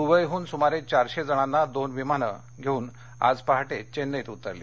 दुबईहून सुमारे चारशेजणांना दोन विमानं आज पहाटे चेन्नईत उतरली